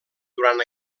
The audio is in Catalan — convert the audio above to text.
durant